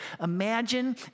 imagine